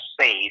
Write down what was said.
safe